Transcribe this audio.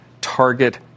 target